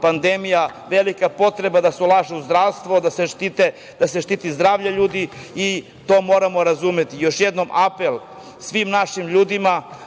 pandemija, velika potreba da se ulaže u zdravstvo, da se štiti zdravlje ljudi i to moramo razumeti. Još jednom apel svim našim ljudima,